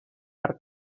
per